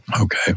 Okay